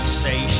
say